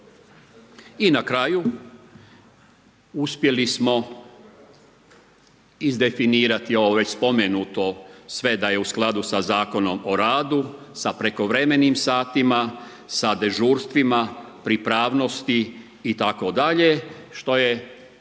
I na kraju, uspjeli smo izdefinirati ovo već spomenuto sve da je u skladu sa Zakonom o radu, sa prekovremenim satima, s dežurstvima, pripravnosti itd. što je